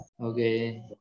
okay